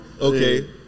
Okay